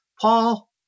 Paul